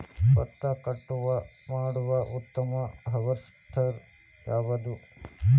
ಭತ್ತ ಕಟಾವು ಮಾಡುವ ಉತ್ತಮ ಹಾರ್ವೇಸ್ಟರ್ ಯಾವುದು?